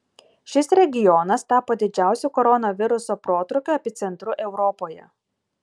šis regionas tapo didžiausiu koronaviruso protrūkio epicentru europoje